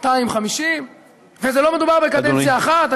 250. 250, ולא מדובר בקדנציה אחת.